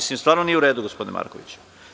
Stvarno nije u redu, gospodine Markoviću.